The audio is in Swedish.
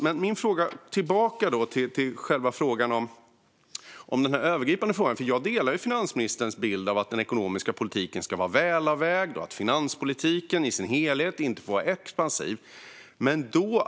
Låt mig komma tillbaka till den övergripande frågan. Jag delar finansministerns bild av att den ekonomiska politiken ska vara välavvägd och att finanspolitiken i sin helhet inte får vara expansiv.